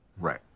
right